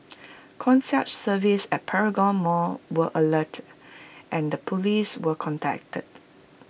concierge services at Paragon Mall were alerted and the Police were contacted